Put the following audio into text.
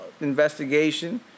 investigation